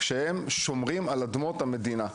בעודם שומרים על אדמות המדינה.